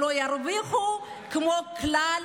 שלא ירוויחו כמו כלל